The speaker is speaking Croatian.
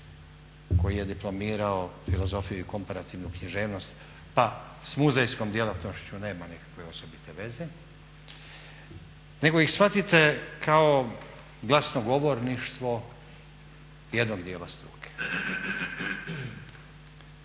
koji je diplomirao filozofiju i komparativnu književnost pa s muzejskom djelatnošću nema nikakve osobite veze nego ih shvatite kao glasnogovorništvo jednog dijela struke.